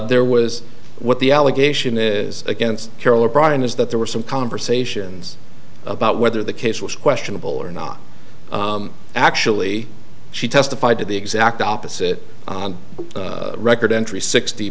there was what the allegation is against carol o'brien is that there were some conversations about whether the case was questionable or not actually she testified to the exact opposite on the record entry sixty